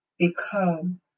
Become